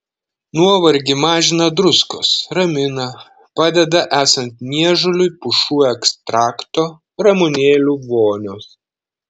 nuovargį mažina druskos ramina padeda esant niežuliui pušų ekstrakto ramunėlių vonios